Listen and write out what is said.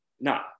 no